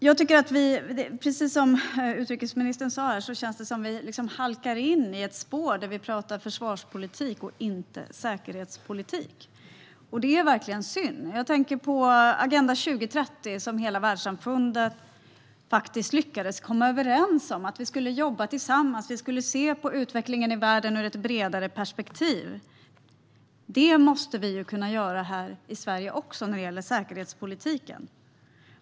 Jag tycker att det känns som att vi, precis som utrikesministern sa, halkar in i ett spår där vi pratar försvarspolitik och inte säkerhetspolitik. Det är verkligen synd. Jag tänker på Agenda 2030, som hela världssamfundet faktiskt lyckades komma överens om. Vi skulle jobba tillsammans, och vi skulle se på utvecklingen i världen ur ett bredare perspektiv. Det måste vi kunna göra här i Sverige också när det gäller säkerhetspolitiken.